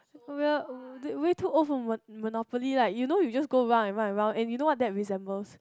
we're way too old for mono~ Monopoly like you know you just go round and round and you know what that resembles